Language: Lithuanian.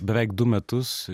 beveik du metus